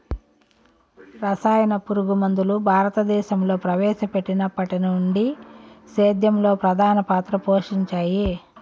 రసాయన పురుగుమందులు భారతదేశంలో ప్రవేశపెట్టినప్పటి నుండి సేద్యంలో ప్రధాన పాత్ర పోషించాయి